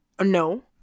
no